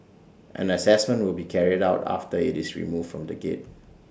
an Assessment will be carried out after IT is removed from the gate